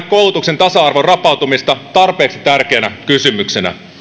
koulutuksen tasa arvon rapautumista tarpeeksi tärkeänä kysymyksenä